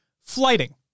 Flighting